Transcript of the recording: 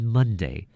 Monday